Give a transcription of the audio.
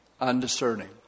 undiscerning